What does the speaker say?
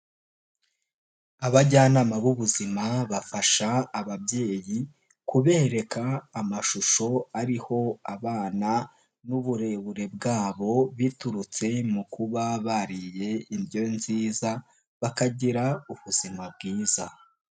Abajyanama b'ubuzima bafasha ababyeyi kubereka amashusho ariho abana n'uburebure bwabo biturutse mu kuba bariye indyo nziza, bakagira ubuzima bwiza.